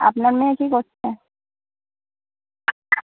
আপনার মেয়ে কী করছে